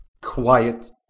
Quiet